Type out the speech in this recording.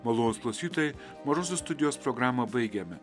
malonūs klausytojai mažosios studijos programą baigėme